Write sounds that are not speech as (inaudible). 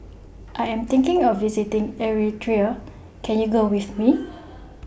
I Am thinking of visiting Eritrea Can YOU Go with Me (noise)